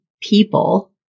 people